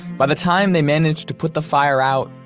by the time they managed to put the fire out,